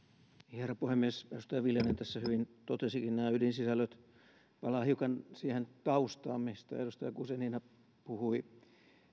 herra puhemies edustaja viljanen tässä hyvin totesikin nämä ydinsisällöt palaan hiukan siihen taustaan mistä edustaja guzenina puhui